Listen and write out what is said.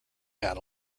had